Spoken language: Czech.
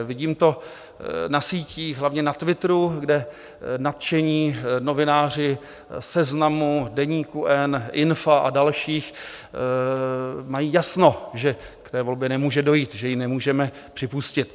Vidím to na sítích, hlavně na Twitteru, kde nadšení novináři Seznamu, Deníku N, Infa a dalších mají jasno, že k té volbě nemůže dojít, že ji nemůžeme připustit.